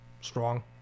strong